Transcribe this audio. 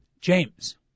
James